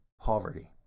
poverty